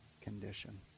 condition